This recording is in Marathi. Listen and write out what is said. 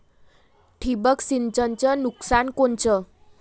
ठिबक सिंचनचं नुकसान कोनचं?